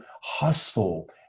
hustle